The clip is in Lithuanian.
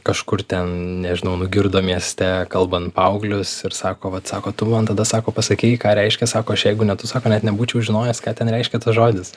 kažkur ten nežinau nugirdo mieste kalbant paauglius ir sako vat sako tu man tada sako pasakei ką reiškia sako aš jeigu ne tu sako net nebūčiau žinojęs ką ten reiškia tas žodis